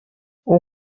اون